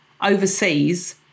overseas